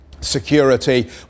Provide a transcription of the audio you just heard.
security